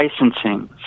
licensing